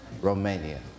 Romania